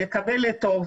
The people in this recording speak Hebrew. נקווה לטוב.